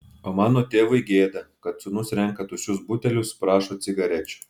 o mano tėvui gėda kad sūnus renka tuščius butelius prašo cigarečių